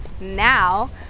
Now